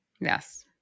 yes